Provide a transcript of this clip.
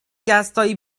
gastoj